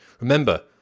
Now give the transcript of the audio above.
Remember